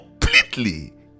completely